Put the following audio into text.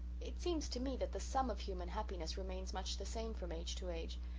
it seems to me that the sum of human happiness remains much the same from age to age,